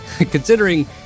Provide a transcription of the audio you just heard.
Considering